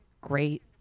great